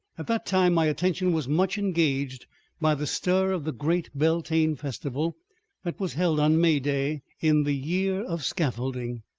at that time my attention was much engaged by the stir of the great beltane festival that was held on may-day in the year of scaffolding.